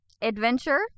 adventure